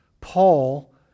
Paul